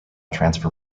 transfer